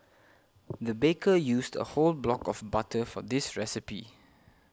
the baker used a whole block of butter for this recipe